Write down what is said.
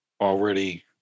already